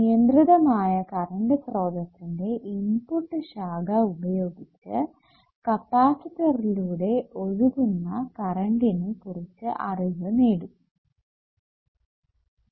നിയന്ത്രിതമായ കറണ്ട് സ്രോതസ്സിന്റെ ഇൻപുട്ട് ശാഖ ഉപയോഗിച്ച് കപ്പാസിറ്ററിലൂടെ ഒഴുകുന്ന കറണ്ടിനെ കുറിച്ചു അറിവ് നേടും